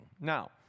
Now